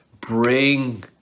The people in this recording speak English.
bring